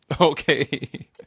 Okay